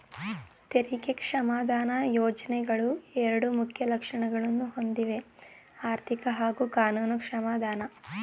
ತೆರಿಗೆ ಕ್ಷಮಾದಾನ ಯೋಜ್ನೆಗಳು ಎರಡು ಮುಖ್ಯ ಲಕ್ಷಣಗಳನ್ನ ಹೊಂದಿವೆಆರ್ಥಿಕ ಹಾಗೂ ಕಾನೂನು ಕ್ಷಮಾದಾನ